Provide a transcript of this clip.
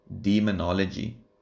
demonology